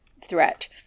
threat